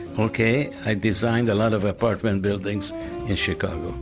okay. i designed a lot of apartment buildings in chicago.